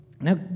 Now